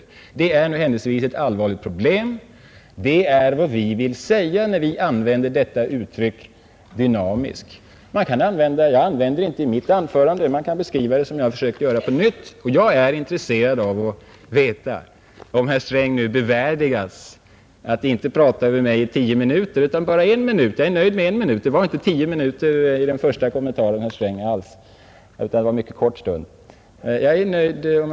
Detta är händelsevis ett allvarligt problem; det är vad vi vill säga när vi använder uttrycket ”dynamisk”. Jag använde det inte i mitt anförande — man kan beskriva problemet som jag har försökt göra på nytt. Om herr Sträng nu värdigas prata om mitt inlägg inte i 10 minuter utan bara en minut, är jag nöjd med det. Det var inte alls 10 minuter i den första kommentaren, herr Sträng, utan det var en mycket kort stund Ni ägnade mitt inlägg.